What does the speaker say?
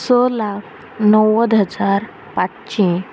स लाख णव्वद हजार पांचशें